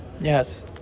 Yes